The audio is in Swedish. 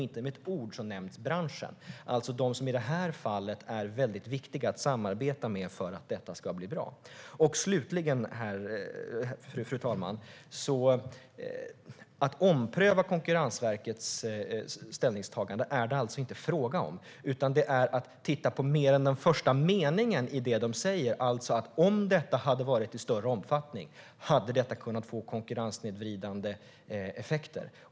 Inte med ett ord nämns branschen, de som är väldigt viktiga att samarbeta med för att detta ska bli bra. Fru talman! Det är inte fråga om att ompröva Konkurrensverkets ställningstagande. Det handlar om att titta på mer än den första meningen i det de säger, alltså att om detta hade varit i större omfattning hade detta kunnat få konkurrenssnedvridande effekter.